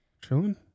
Chilling